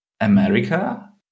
America